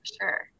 sure